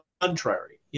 contrary